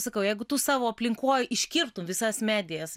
sakau jeigu tu savo aplinkoj iškirptum visas medijas